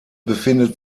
befindet